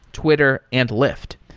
twitter and lyft.